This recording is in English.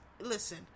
listen